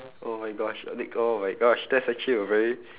oh my gosh uh I think oh my gosh that's actually a very